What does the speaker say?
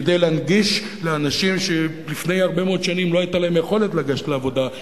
כדי להנגיש לאנשים שלפני הרבה מאוד שנים לא היתה להם יכולת לגשת לעבודה,